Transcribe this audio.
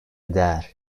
değer